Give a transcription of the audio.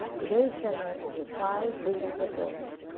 today's seminar is with five leading performers,